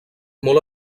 molt